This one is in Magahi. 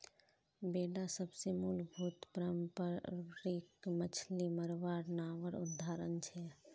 बेडा सबसे मूलभूत पारम्परिक मच्छ्ली मरवार नावर उदाहरण छे